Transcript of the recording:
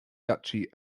duchy